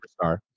superstar